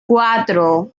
cuatro